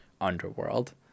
underworld